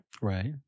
right